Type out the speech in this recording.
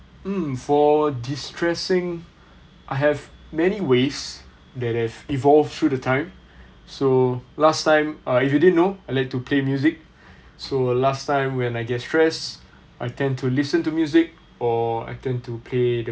mm for destressing I have many ways that have evolved through the time so last time uh if you didn't know I like to play music so last time when I get stressed I tend to listen to music or I tend to play